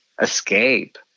escape